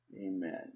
Amen